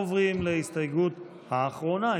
עוברים להסתייגות האחרונה,